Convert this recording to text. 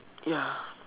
ya